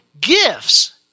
gifts